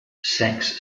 sex